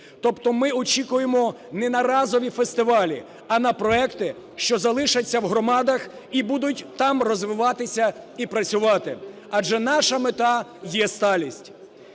Тобто ми очікуємо не на разові фестивалі, а на проекти, що залишаться в громадах і будуть там розвиватися і працювати, адже наша мета є сталість.